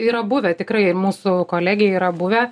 yra buvę tikrai ir mūsų kolegei yra buvę